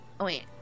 Wait